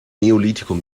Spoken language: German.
neolithikum